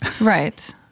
right